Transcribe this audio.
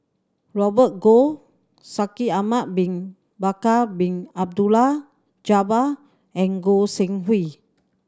Robert Goh Shaikh Ahmad Bin Bakar Bin Abdullah Jabbar and Goi Seng Hui